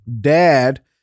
dad